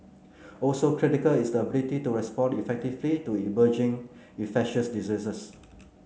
also critical is the ability to respond effectively to emerging infectious diseases